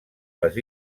les